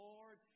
Lord